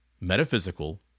metaphysical